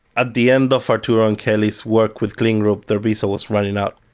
at the end of arturo and kelly's work with kleen group their visa was running out.